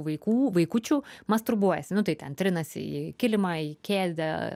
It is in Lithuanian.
vaikų vaikučių masturbuojasi nu tai ten trinasi į kilimą į kėdę